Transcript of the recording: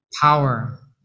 power